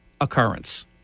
occurrence